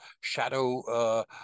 shadow